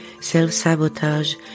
self-sabotage